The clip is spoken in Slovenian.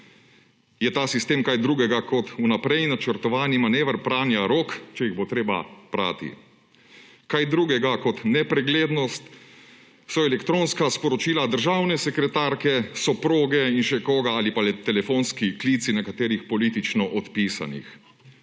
Je ta sistem kaj drugega, kot vnaprej načrtovani manever pranja rok, če jih bo treba prati? Kaj drugega kot nepreglednost so elektronska sporočila državne sekretarke, soproge in še koga ali pa telefonski klici nekaterih politično odpisanih.